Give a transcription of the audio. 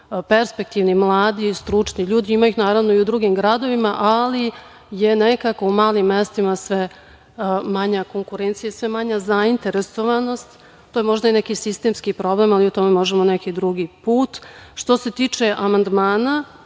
perspektivni mladi, stručni ljudi. Ima ih naravno i u drugim gradovima, ali je nekako u manjim mestima manja konkurencija i sve manja zainteresovanost. To je možda i neki sistemski problem, ali o tome možemo neki drugi put. Što se tiče amandmana